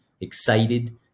excited